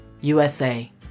USA